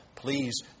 Please